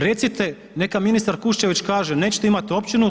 Recite, neka ministar Kuščević kaže - nećete imati općinu.